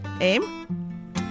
Aim